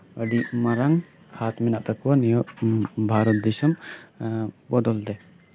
ᱟᱹᱰᱤ ᱢᱟᱨᱟᱝ ᱦᱟᱛ ᱢᱮᱱᱟᱜ ᱛᱟᱠᱚᱣᱟ ᱱᱤᱭᱟᱹ ᱵᱷᱟᱨᱚᱛ ᱫᱤᱥᱚᱢ ᱵᱚᱫᱚᱞ ᱛᱮ